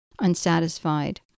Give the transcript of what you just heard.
unsatisfied